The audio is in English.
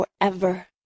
forever